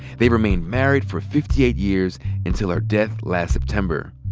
they remained married for fifty eight years until her death last september.